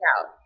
out